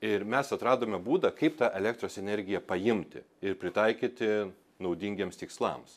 ir mes atradome būdą kaip tą elektros energiją paimti ir pritaikyti naudingiems tikslams